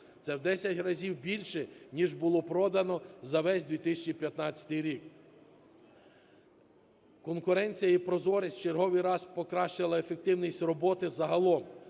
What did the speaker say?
Це в 10 разів більше, ніж було продано за весь 2015 рік. Конкуренція і прозорість в черговий раз покращила ефективність роботи загалом.